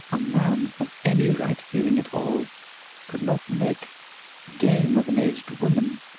a man of any right feeling at all could not make game of an aged woman,